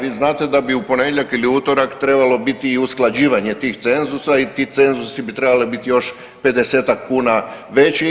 Vi znate da bi u ponedjeljak ili utorak trebalo biti i usklađivanje tih cenzusa i ti cenzusi bi trebali biti još pedesetak kuna veći.